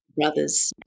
brothers